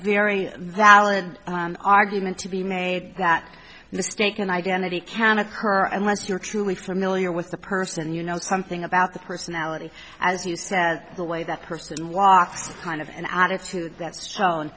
very valid argument to be made that mistaken identity can occur unless you're truly familiar with the person you know something about the personality as you said the way that person walks kind of an attitude that's shown